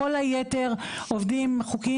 כל היתר עובדים חוקיים,